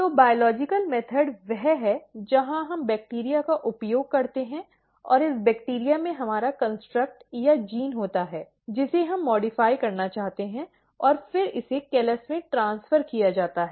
तो बायोलॉजिकल विधि वह है जहां हम बैक्टीरिया का उपयोग करते हैं और इस बैक्टीरिया में हमारा कन्स्ट्रक्ट या जीन होता है जिसे हम संशोधित करना चाहते हैं और फिर इसे कॉलस में ट्रांसफर किया जाता है